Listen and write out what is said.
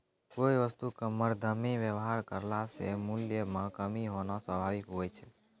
कोय वस्तु क मरदमे वेवहार करला से मूल्य म कमी होना स्वाभाविक हुवै छै